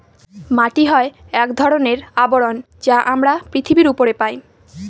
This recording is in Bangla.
মাটি হয় এক ধরনের আবরণ যা আমরা পৃথিবীর উপরে পায়